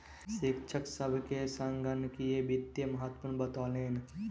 शिक्षक सभ के संगणकीय वित्तक महत्त्व बतौलैन